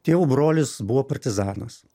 tėvo brolis buvo partizanas